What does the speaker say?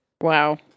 Wow